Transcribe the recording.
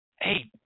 hey